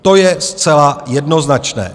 To je zcela jednoznačné.